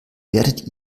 werdet